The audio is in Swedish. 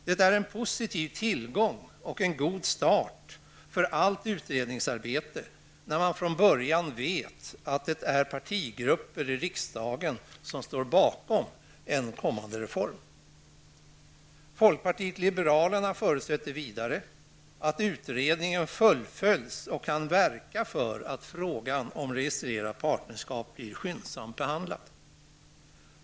Det är en positiv tillgång och en god start för allt utredningsarbete när man från början vet att det finns partigrupper i riksdagen som står bakom en kommande reform. Folkpartiet liberalerna förutsätter vidare att utredningen fullföljs och kan verka för att frågan om registrerat partnerskap blir skyndsamt behandlad.